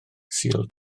sul